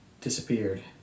disappeared